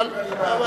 ואני בעדו.